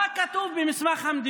מה קרה לך?